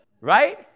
right